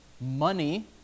money